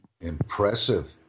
impressive